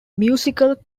musical